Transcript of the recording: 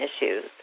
issues